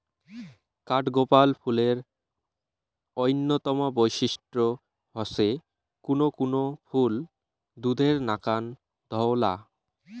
কাঠগোলাপ ফুলের অইন্যতম বৈশিষ্ট্য হসে কুনো কুনো ফুল দুধের নাকান ধওলা